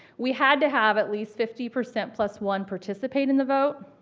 we had to have at least fifty percent plus one participate in the vote.